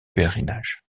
pèlerinage